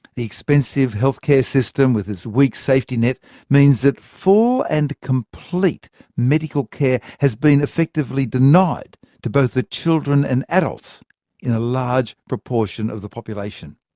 the expensive health care system with its weak safety net means that full and complete medical care has been effectively denied to both the children and adults in a large proportion of the population.